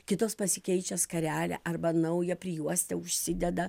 kitos pasikeičia skarelę arba naują prijuostę užsideda